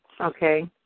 Okay